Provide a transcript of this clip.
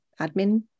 admin